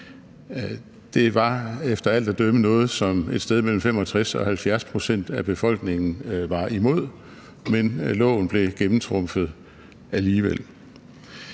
Det var efter alt at dømme noget, som et sted mellem 65 og 70 pct. af befolkningen var imod, men loven blev gennemtrumfet alligevel.